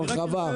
הרחבה.